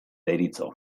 deritzo